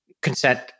consent